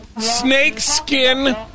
snake-skin